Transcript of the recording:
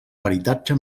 peritatge